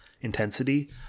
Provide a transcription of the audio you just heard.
intensity